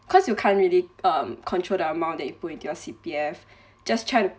cause you can't really um control the amount that you put into your C_P_F just try